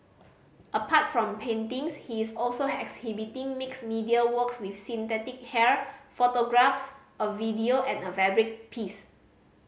apart from paintings he is also exhibiting mixed media works with synthetic hair photographs a video and a fabric piece